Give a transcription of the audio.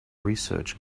research